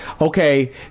Okay